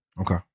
Okay